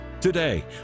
today